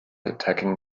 attacking